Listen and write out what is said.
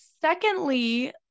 Secondly